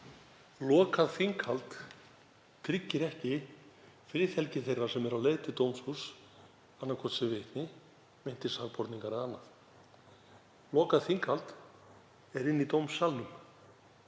Lokað þinghald tryggir ekki friðhelgi þeirra sem eru á leið til dómhúss, annaðhvort sem vitni, sem meintir sakborningar eða annað. Lokað þinghald er inni í dómsalnum.